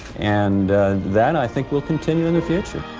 and that i think will continue in the future.